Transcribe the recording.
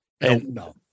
no